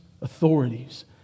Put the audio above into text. authorities